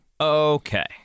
Okay